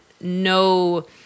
no